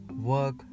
work